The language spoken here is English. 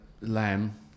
lamb